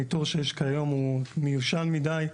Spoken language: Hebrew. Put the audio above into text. הניטור שיש כיום הוא מיושן מדי,